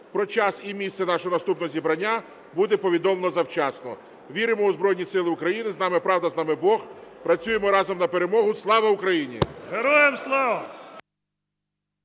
Про час і місце нашого наступного зібрання буде повідомлено завчасно. Віримо у Збройні Сили України. З нами правда, з нами Бог. Працюємо разом на перемогу. Слава Україні!